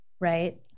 right